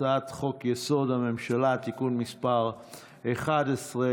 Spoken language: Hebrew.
הצעת חוק-יסוד: הממשלה (תיקון מס' 11),